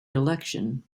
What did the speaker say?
election